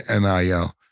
NIL